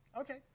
Okay